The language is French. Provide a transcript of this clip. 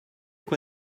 quoi